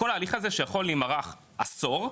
כל ההליך הזה שיכול להימרח עשור,